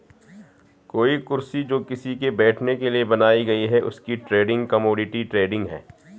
कोई कुर्सी जो किसी के बैठने के लिए बनाई गयी है उसकी ट्रेडिंग कमोडिटी ट्रेडिंग है